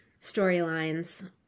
storylines